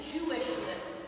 Jewishness